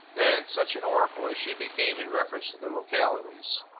then, such an oracle as she became in reference to the localities!